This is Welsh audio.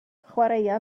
chwaraea